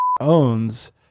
owns